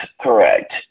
correct